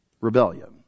Rebellion